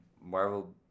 Marvel